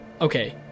Okay